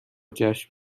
جشن